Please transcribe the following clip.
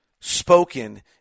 spoken